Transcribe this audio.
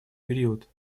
период